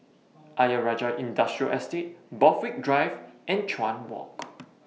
Ayer Rajah Industrial Estate Borthwick Drive and Chuan Walk